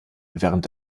während